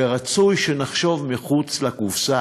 ורצוי שנחשוב מחוץ לקופסה.